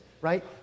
Right